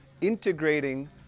integrating